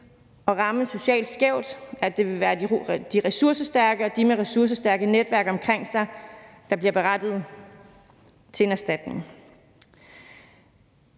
at ramme socialt skævt, og at det vil være de ressourcestærke og dem med ressourcestærke netværk omkring sig, der blive berettiget til en erstatning.